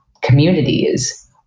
communities